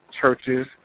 churches